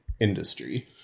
industry